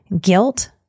guilt